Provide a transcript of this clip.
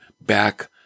back